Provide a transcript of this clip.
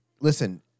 listen